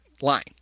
line